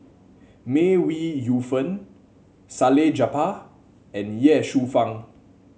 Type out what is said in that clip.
May Ooi Yu Fen Salleh Japar and Ye Shufang